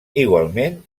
igualment